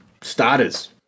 starters